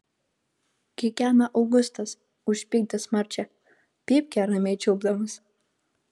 kikena augustas užpykdęs marčią pypkę ramiai čiulpdamas